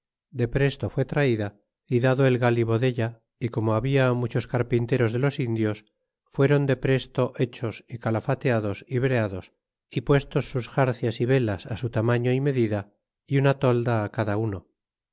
depresto fue traída y dado el galivo della y como habla muchos carpinteros de los indios fueron depresto hechos y calafeteados y breados y puestos sus xarcias y velas á su tamaño y medida y una tolda a cada uno